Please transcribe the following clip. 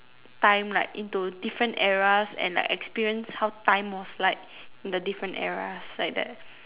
time like into different eras and like experience how time was like in the different eras like that